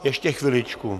Ještě chviličku...